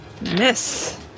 Miss